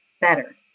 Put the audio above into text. better